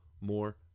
more